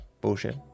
bullshit